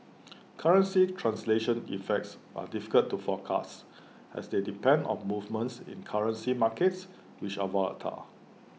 currency translation effects are difficult to forecast as they depend on movements in currency markets which are volatile